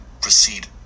proceed